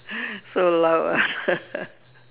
so loud ah